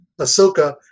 Ahsoka